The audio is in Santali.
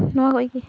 ᱱᱚᱶᱟ ᱠᱚ ᱜᱮ